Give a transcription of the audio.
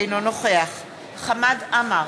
אינו נוכח חמד עמאר,